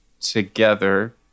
together